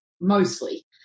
mostly